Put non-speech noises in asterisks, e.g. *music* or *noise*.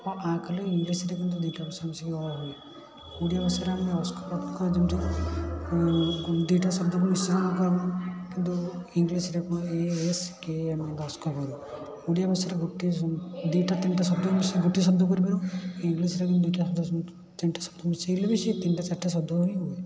ଅ ଆ କଲେ ଇଂଲିଶ୍ରେ କିନ୍ତୁ ଦୁଇଟା ଭାଷା ମିଶିକି ଅ ହୁଏ ଓଡ଼ିଆ ଭାଷାରେ ଆମେ *unintelligible* ଯେମିତି ଦୁଇଟା ଶବ୍ଦକୁ ମିଶ୍ରଣ କରୁ କିନ୍ତୁ ଇଂଲିଶ୍ରେ ହୁଏ ଏ ଏସ କେ ଏମ ମାନେ ଦଶ କଭର ଓଡ଼ିଆ ଭାଷାରେ ଗୋଟିଏ ଶ ଦୁଇଟା ତିନିଟା ଶବ୍ଦକୁ ମିଶିକି ଗୋଟିଏ ଶବ୍ଦ କରିପାରିବୁ ଏ ଇଂଲିଶ୍ରେ କିନ୍ତୁ ଦୁଇଟା ତିନିଟା ଶବ୍ଦ ମିଶେଇଲେ ବି ସିଏ ତିନିଟା ଚାରଟା ଶବ୍ଦ ହିଁ ହୁଏ